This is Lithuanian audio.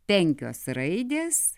penkios raidės